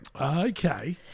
Okay